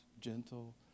gentle